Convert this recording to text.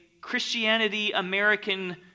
Christianity-American